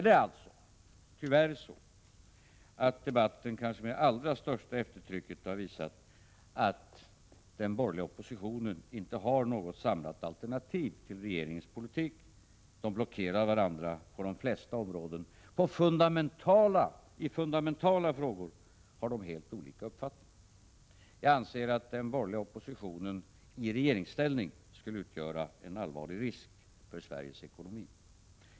Det är tyvärr så att debatten med allra största eftertryck har visat att den borgerliga oppositionen inte har något samlat alternativ till regeringens politik. De borgerliga partierna blockerar varandra på de flesta områden. I fundamentala frågor har de helt olika uppfattning. Jag anser att den borgerliga oppositionen i regeringsställning skulle utgöra en allvarlig risk för Sveriges ekonomi.